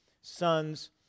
sons